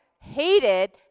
hated